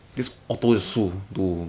then tell them rotate more lah dog